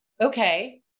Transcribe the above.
okay